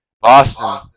Boston